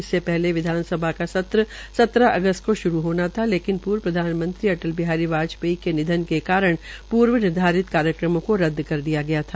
इससे पहले विधानसभा सत्र सत्रह अगस्त को श्रू होना था लेकिन पूर्व प्रधानमंत्री अटल बिहारी वाजपेयी के निधन के कारण पूर्व निर्धारित कार्यक्रमों को रद्द कर दिया था